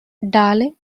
darling